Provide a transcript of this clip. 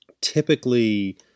typically